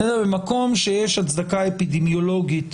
במקום שיש הצדקה אפידמיולוגית